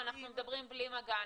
אנחנו מדברים בלי מגע,